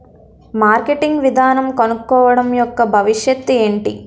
Marketing విధానం కనుక్కోవడం యెక్క భవిష్యత్ ఏంటి?